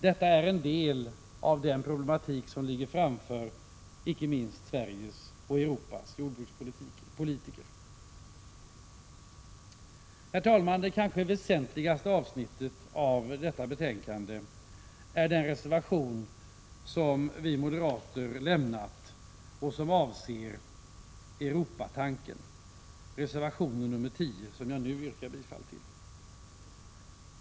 Detta är en del av den problematik som ligger framför Europas och icke minst Sveriges jordbrukspolitiker. Herr talman! Det kanske väsentligaste avsnittet i detta betänkande är den reservation som vi moderater lämnat och som avser Europatanken, nämligen reservation nr 10, som jag yrkar bifall till.